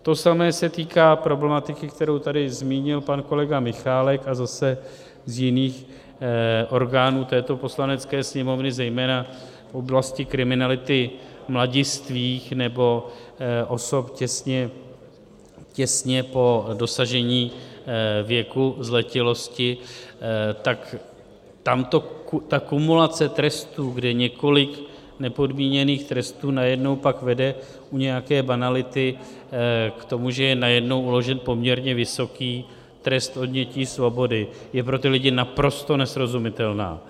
To samé se týká problematiky, kterou tady zmínil pan kolega Michálek, a zase z jiných orgánů této Poslanecké sněmovny, zejména z oblasti kriminality mladistvých nebo osob těsně po dosažení věku zletilosti, tak tam ta kumulace trestů, kde několik nepodmíněných trestů najednou pak vede u nějaké banality k tomu, že je najednou uložen poměrně vysoký trest odnětí svobody, je pro ty lidi naprosto nesrozumitelná.